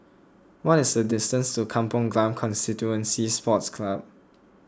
what is the distance to Kampong Glam Constituency Sports Club